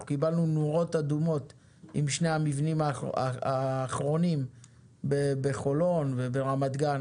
אנחנו קיבלנו נורות אדומות עם שני המבנים האחרונים בחולון וברמת גן.